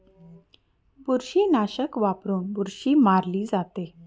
बुरशीनाशक वापरून बुरशी मारली जाते